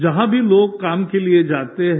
जहां भी लोग काम के लिए जाते हैं